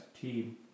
team